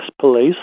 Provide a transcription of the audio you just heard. police